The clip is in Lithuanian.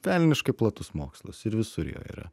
velniškai platus mokslas ir visur jo yra